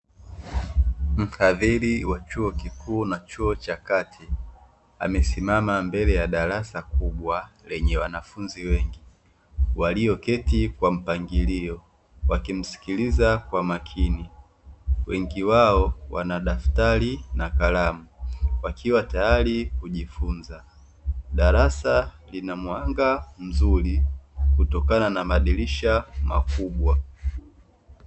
Mhadhiri wa chuo kikuu na chuo cha kati amesimama mbele ya darasa kubwa lenye wanafunzi wengi, walioketi kwa mpangilio wakimsikiliza kwa makini; wengi wao wana daftari na kalamu wakiwa tayari kujifunza, darasa lina mwanga mzuri kutokana na madirisha makubwa.